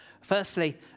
Firstly